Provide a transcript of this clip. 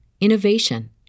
innovation